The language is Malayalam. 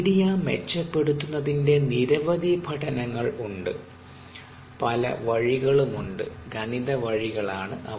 മീഡിയ മെച്ചപ്പെടുത്തുന്നതിന്റെ നിരവധി പഠനങ്ങൾ ഉണ്ട്പല വഴികളുമുണ്ട് ഗണിത വഴികളാണ് അവ